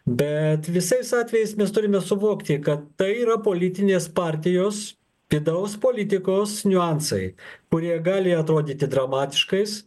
bet visais atvejais mes turime suvokti kad tai yra politinės partijos vidaus politikos niuansai kurie gali atrodyti dramatiškais